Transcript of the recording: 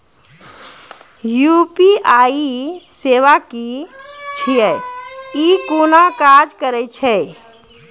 UPI सेवा की छियै? ई कूना काज करै छै?